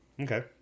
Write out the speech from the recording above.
Okay